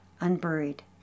unburied